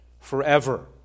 forever